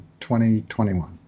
2021